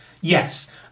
yes